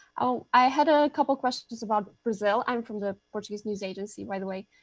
ah i had a couple questions about brazil. i am from the portuguese news agency, by the way.